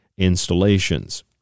installations